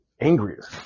angrier